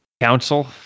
Council